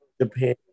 Japan